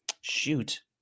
shoot